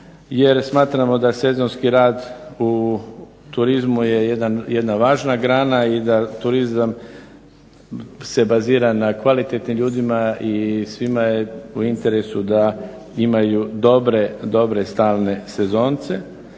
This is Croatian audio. smatramo da sezonski rad u turizmu je jedna važna grana i da turizam se bazira na kvalitetnim ljudima i svima je u interesu da imaju dobre stalne sezonce.